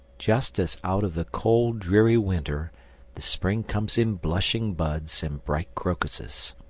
just as out of the cold dreary winter the spring comes in blushing buds and bright crocuses.